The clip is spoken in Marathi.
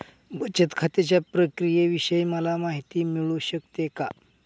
बचत खात्याच्या प्रक्रियेविषयी मला माहिती मिळू शकते का?